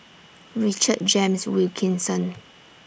Richard James Wilkinson